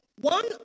One